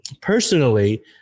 personally